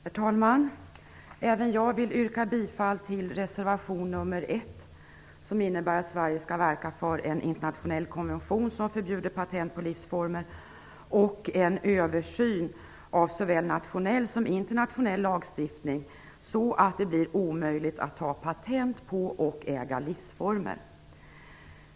Herr talman! Även jag vill yrka bifall till reservation nr 1, att Sverige skall verka för en internationell konvention som förbjuder patent på livsformer och en översyn av såväl nationell som internationell lagstiftning så att det blir omöjligt att ta patent på och äga livsformer.